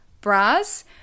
bras